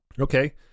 okay